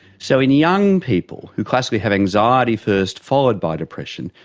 so in young people who classically have anxiety first, followed by depression,